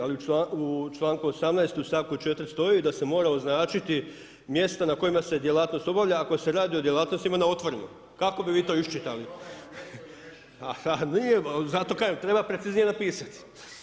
Ali u članku 18. u stavku 4. stoji da se mora označiti mjesto na kojima se djelatnost obavlja ako se radi o djelatnostima na otvorenom, kako bi vi to iščitali? … [[Upadica se ne čuje.]] A nije, zato kažem, treba precizirati pisac.